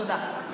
תודה.